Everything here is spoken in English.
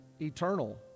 eternal